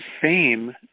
fame